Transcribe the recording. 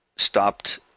stopped